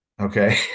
Okay